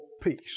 peace